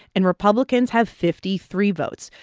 and republicans have fifty three votes.